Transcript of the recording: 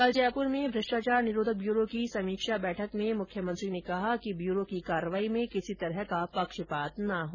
कल जयपुर में भ्रष्टाचार निरोधक ब्यूरो की समीक्षा बैठक में मुख्यमंत्री ने कहा कि व्यूरो की कार्रवाई में किसी तरह का पक्षपात न हो